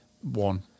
one